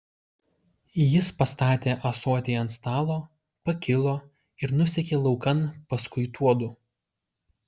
jis pastatė ąsotį ant stalo pakilo ir nusekė laukan paskui tuodu